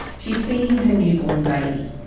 she's feeding her new-born baby.